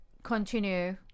Continue